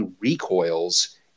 recoils